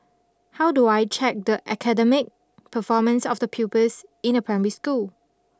how do I check the academic performance of the pupils in a primary school